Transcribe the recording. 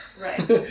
Right